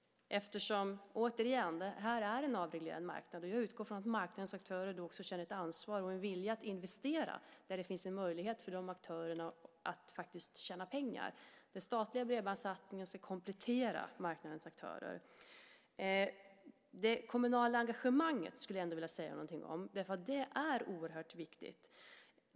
Det är en avreglerad marknad. Jag utgår från att marknadens aktörer också känner ett ansvar och en vilja att investera där det finns en möjlighet för de aktörerna att tjäna pengar. Den statliga bredbandssatsningen ska komplettera marknadens aktörer. Jag vill också säga någonting om det kommunala engagemanget. Det är oerhört viktigt.